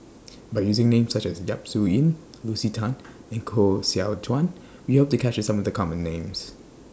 By using Names such as Yap Su Yin Lucy Tan and Koh Seow Chuan We Hope to capture Some of The Common Names